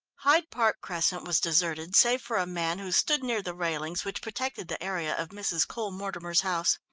hyde park crescent was deserted save for a man who stood near the railings which protected the area of mrs. cole-mortimer's house.